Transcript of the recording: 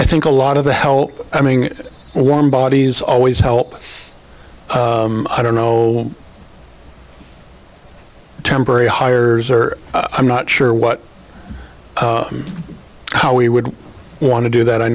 i think a lot of the hell i mean bodies always help i don't know temporary hires or i'm not sure what how we would want to do that i